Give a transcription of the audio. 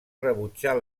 rebutjar